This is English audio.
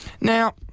Now